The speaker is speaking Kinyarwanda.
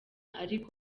ariko